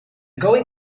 going